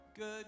Good